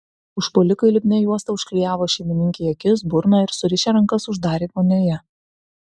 užpuolikai lipnia juosta užklijavo šeimininkei akis burną ir surišę rankas uždarė vonioje